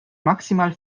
maximal